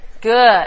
Good